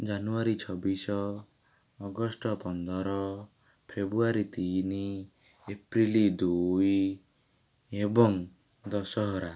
ଜାନୁଆରୀ ଛବିଶ ଅଗଷ୍ଟ ପନ୍ଦର ଫେବୃୟାରୀ ତିନି ଏପ୍ରିଲ ଦୁଇ ଏବଂ ଦଶହରା